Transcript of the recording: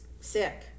sick